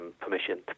permission